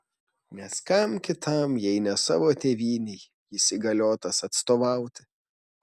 nes kam kitam jei ne savo tėvynei jis įgaliotas atstovauti